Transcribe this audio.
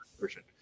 version